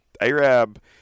ARAB